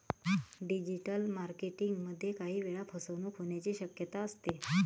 digital marketing मध्ये काही वेळा फसवणूक होण्याची शक्यता असते